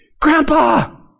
Grandpa